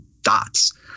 dots